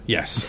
Yes